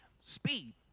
speed